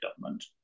government